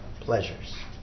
pleasures